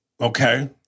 Okay